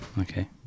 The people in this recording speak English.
Okay